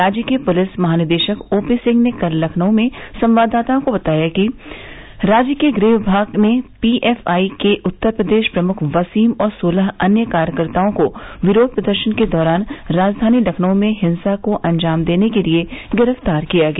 राज्य के पुलिस महानिदेशक ओ पी सिंह ने कल लखनऊ में संवाददाताओं को बताया कि राज्य के गृह विभाग ने पीएफआई के उत्तर प्रदेश प्रमुख वसीम और सोलह अन्य कार्यकर्ताओं को विरोध प्रदर्शन के दौरान राजधानी लखनऊ में हिंसा को अंजाम देने के लिए गिरफ्तार किया गया